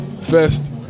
Fest